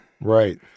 right